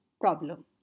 problem